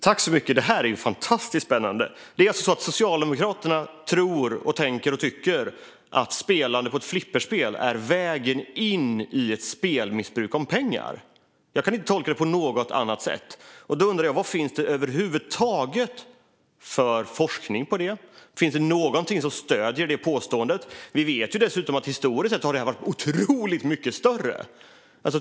Herr talman! Detta är ju fantastiskt spännande. Det är alltså så att Socialdemokraterna tror, tänker och tycker att spelande på flipperspel är vägen in i ett spelmissbruk som handlar om pengar. Jag kan inte tolka det på något annat sätt. Då undrar jag: Vad finns det över huvud taget för forskning på det? Finns det någonting som stöder det påståendet? Vi vet dessutom att detta spelande historiskt sett har varit otroligt mycket större.